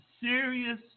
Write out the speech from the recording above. serious